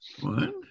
One